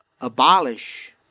Abolish